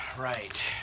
right